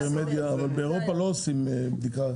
אבל באירופה לא בודקים אחד-אחד.